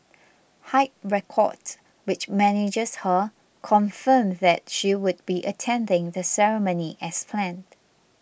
Hype Records which manages her confirmed that she would be attending the ceremony as planned